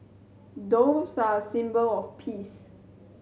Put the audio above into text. doves are a symbol of peace